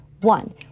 One